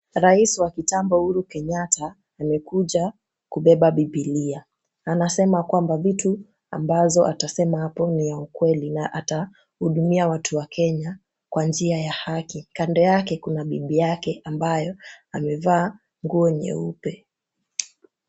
Rais wa kitambo Uhuru Kenyatta amekuja kubeba Bibilia. Anasema kwamba vitu ambazo atasema hapo ni ya ukweli na atahudumia watu wa Kenya kwa njia ya haki. Kando yake kuna bibi yake ambaye amevaa nguo nyeupe.